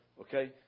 Okay